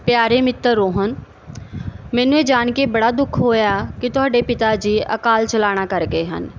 ਪਿਆਰੇ ਮਿੱਤਰ ਰੋਹਨ ਮੈਨੂੰ ਇਹ ਜਾਣ ਕੇ ਬੜਾ ਦੁੱਖ ਹੋਇਆ ਕਿ ਤੁਹਾਡੇ ਪਿਤਾ ਜੀ ਅਕਾਲ ਚਲਾਣਾ ਕਰ ਗਏ ਹਨ